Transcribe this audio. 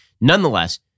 Nonetheless